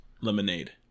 lemonade